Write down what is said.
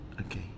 Okay